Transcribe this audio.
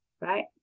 right